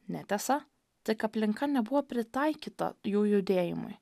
netiesa tik aplinka nebuvo pritaikyta jų judėjimui